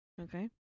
Okay